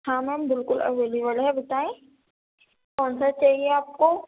ہاں میم بالکل اویلیبل ہے بتائیں کون سا چاہیے آپ کو